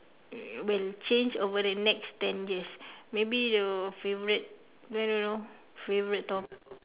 will change over the next ten years maybe your favourite I don't know your favourite top~